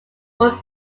were